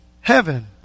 heaven